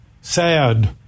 sad